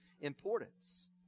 importance